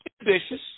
ambitious